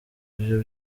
byo